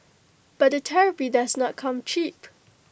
but the therapy does not come cheap